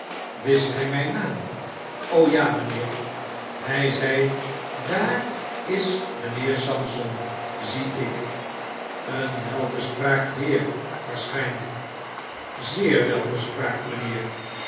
wist hy myn naam r g ja mynheer hij zei daar is mijhheetf sampson zie ik een welbespraakt heer waarschynlyk zeer welbespraakt mynheer